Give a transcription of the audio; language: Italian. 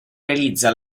realizza